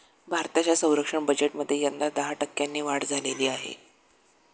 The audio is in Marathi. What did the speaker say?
भारताच्या संरक्षण बजेटमध्ये यंदा दहा टक्क्यांनी वाढ झालेली आहे